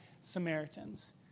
Samaritans